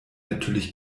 natürlich